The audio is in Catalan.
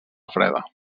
freda